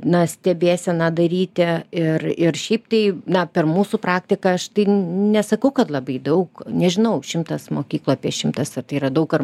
na stebėseną daryti ir ir šiaip tai na per mūsų praktiką aš nesakau kad labai daug nežinau šimtas mokyklų apie šimtas ar tai yra daug ar